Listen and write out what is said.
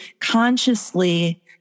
consciously